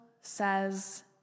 says